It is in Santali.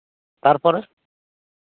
ᱛᱟᱨᱯᱚᱨᱮ